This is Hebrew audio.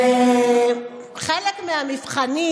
המבחנים,